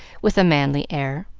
with a manly air.